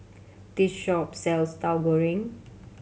this shop sells Tahu Goreng